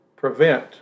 Prevent